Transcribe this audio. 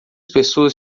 pessoas